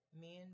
Men